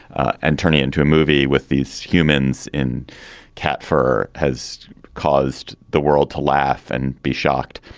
and turn it into a movie with these humans in cat fur has caused the world to laugh and be shocked.